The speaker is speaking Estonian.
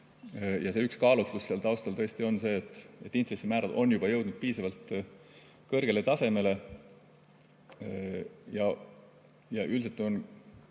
Ja üks kaalutlus sel taustal tõesti on see, et intressimäärad on juba jõudnud piisavalt kõrgele tasemele. Üldiselt on